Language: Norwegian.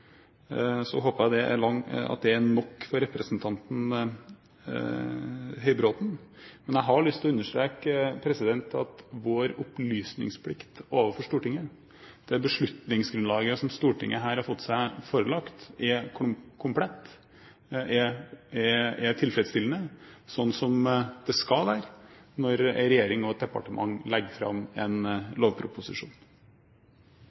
Så håper jeg det er nok for representanten Høybråten. Men jeg har lyst til å understreke at vår opplysningsplikt overfor Stortinget, det beslutningsgrunnlaget som Stortinget her har fått seg forelagt, er komplett, er tilfredsstillende, slik som det skal være når en regjering og et departement legger fram